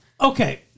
Okay